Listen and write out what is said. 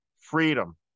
freedom